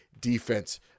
defense